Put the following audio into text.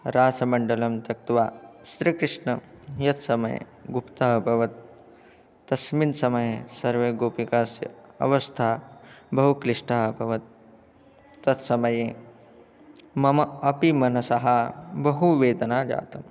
रासमण्डलं तक्त्वा श्रीकृष्णः यत् समये गुप्तः अभवत् तस्मिन् समये सर्वे गोपिकाः अवस्था बहुक्लिष्टः अभवत् तत् समये मम अपि मनसः बहुवेदना जातम्